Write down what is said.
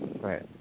right